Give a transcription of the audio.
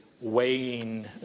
weighing